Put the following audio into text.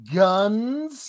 guns